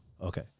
okay